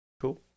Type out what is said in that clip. Cool